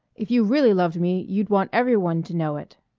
if you really loved me you'd want every one to know it.